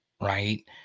right